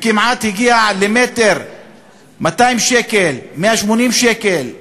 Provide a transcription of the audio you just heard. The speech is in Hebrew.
זה כמעט הגיע ל-200 שקל, 180 שקל למ"ר.